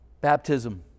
Baptism